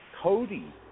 Cody